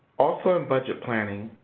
also in budget planning.